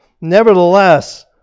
Nevertheless